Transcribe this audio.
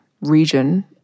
region